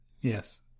yes